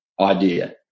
idea